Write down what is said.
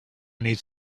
need